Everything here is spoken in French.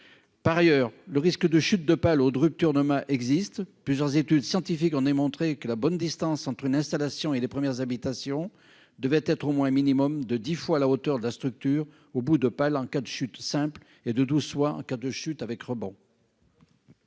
Par ailleurs, le risque de chute de pales ou de rupture de mât existe. Plusieurs études scientifiques ont démontré que la bonne distance entre une installation et les premières habitations devait être au minimum de dix fois la hauteur de la structure en bout de pale en cas de chute simple et de douze fois en cas de chute avec rebond.